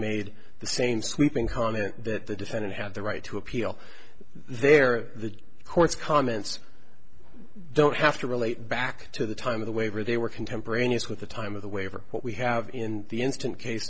made the same sweeping hanumant that the defendant had the right to appeal there the court's comments don't have to relate back to the time of the waiver they were contemporaneous with the time of the waiver what we have in the instant case